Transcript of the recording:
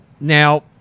now